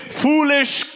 foolish